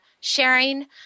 sharing